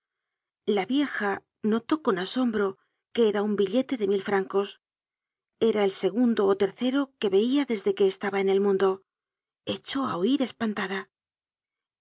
la vieja notó con asombro que era un billete de mil francos era el segundo ó tercero que veia desde que estaba en el mundo echó á huir espantada